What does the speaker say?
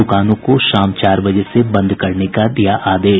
दुकानों को शाम चार बजे से बंद करने का दिया आदेश